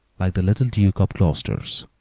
like the little duke of gloster's.